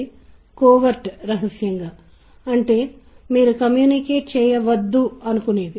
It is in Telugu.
నేను ఒక నిర్దిష్ట విషయం ప్లే చేసిన క్షణంలో మీరు ఇది భక్తి సంగీతం అని చెబుతారు